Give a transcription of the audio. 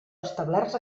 establerts